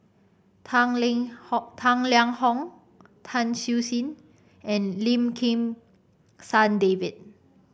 Tang Tang Liang Hong Tan Siew Sin and Lim Kim San David